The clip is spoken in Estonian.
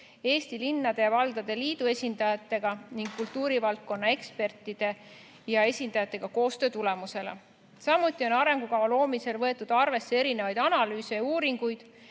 Eesti Linnade ja Valdade Liidu esindajate ning kultuurivaldkonna ekspertide ja esindajate koostöö tulemusena. Samuti on arengukava loomisel võetud arvesse analüüse ja uuringuid,